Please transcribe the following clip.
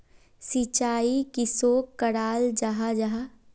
सिंचाई किसोक कराल जाहा जाहा?